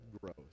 growth